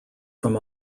from